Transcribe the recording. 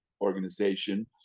Organization